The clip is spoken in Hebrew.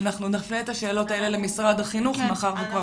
אנחנו נפנה את השאלות האלה למשרד הבריאות מאחר שכבר